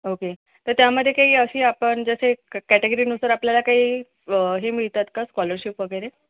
okay तर त्यामध्ये काही अशी आपण जसे क कॅटेगरीनुसार आपल्याला काही हे मिळतात का स्कॉलरशिप वगैरे